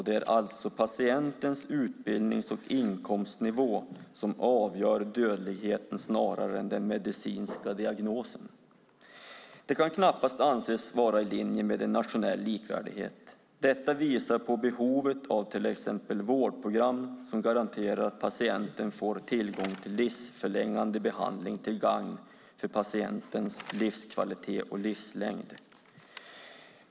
Det är alltså patientens utbildnings och inkomstnivå som avgör dödligheten snarare än den medicinska diagnosen. Det kan knappast anses vara i linje med en nationell likvärdighet. Detta visar på behovet av till exempel vårdprogram som garanterar att patienten får tillgång till livsförlängande behandling till gagn för patientens livskvalitet och livslängd.